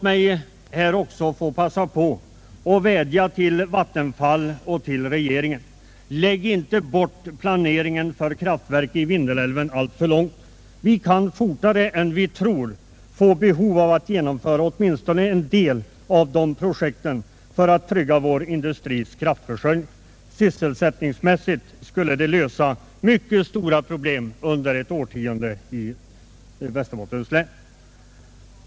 Jag vill också passa på att vädja till Vattenfall och till regeringen: Lägg inte bort planeringen för kraftverk i Vindelälven alltför långt! Vi kan fortare än vi tror få behov av att genomföra åtminstone en del av dessa projekt för att trygga vår industris kraftförsörjning. Sysselsättningsmässigt skulle det under ett årtionde lösa mycket stora problem i Västerbottens län.